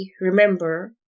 remember